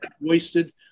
wasted